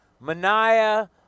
mania